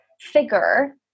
figure